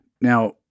now